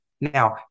Now